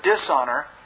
dishonor